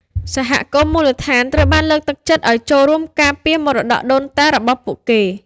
សហគមន៍មូលដ្ឋានត្រូវបានលើកទឹកចិត្តឱ្យចូលរួមការពារមរតកដូនតារបស់ពួកគេ។